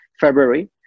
February